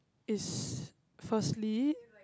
is firstly